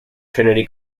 trinity